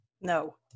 No